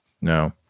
No